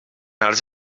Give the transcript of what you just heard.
els